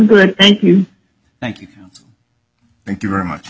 good thank you thank you thank you very much